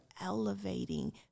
elevating